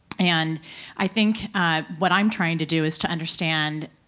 and i think what i'm trying to do is to understand,